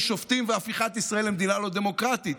שופטים והפיכת ישראל למדינה לא דמוקרטית,